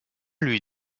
lui